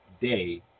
Day